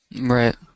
Right